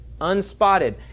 unspotted